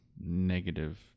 negative